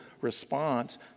response